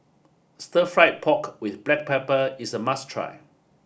Stir Fry Pork With Black Pepper is a must try